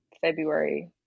february